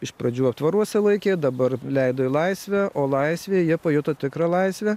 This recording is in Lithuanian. iš pradžių aptvaruose laikė dabar leido į laisvę o laisvėje jie pajuto tikrą laisvę